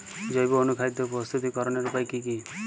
জৈব অনুখাদ্য প্রস্তুতিকরনের উপায় কী কী?